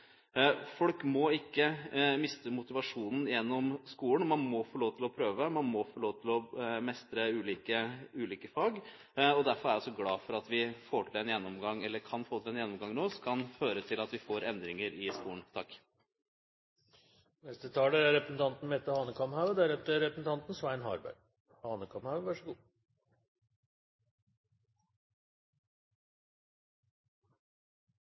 Folk må ikke miste motivasjonen gjennom skolen. Man må få lov til å prøve, man må få lov til å mestre ulike fag. Derfor er jeg glad for at vi kan få til en gjennomgang nå som kan føre til at vi får endringer i skolen.